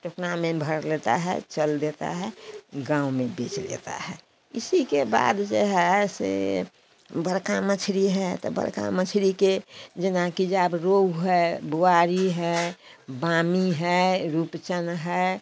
टोकना में भर लेता है चल देता है गाँव में बेच लेता है इसी के बाद जो है सो बड़की मछली है तो बड़की मछली के जो ना कि जो आब रोहू है बुआरी है बामी है रूपचन है